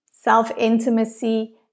self-intimacy